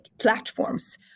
platforms